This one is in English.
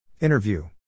Interview